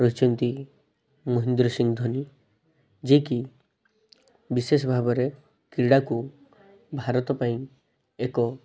ରହିଛନ୍ତି ମହେନ୍ଦ୍ର ସିଂ ଧୋନୀ ଯିଏକି ବିଶେଷ ଭାବରେ କ୍ରୀଡ଼ାକୁ ଭାରତ ପାଇଁ ଏକ